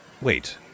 Wait